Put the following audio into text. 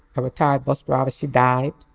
a retired bus driver. she died.